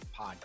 podcast